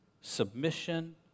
submission